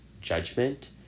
judgment